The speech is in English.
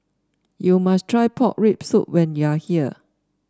you must try Pork Rib Soup when you are here